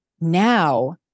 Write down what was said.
Now